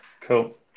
Cool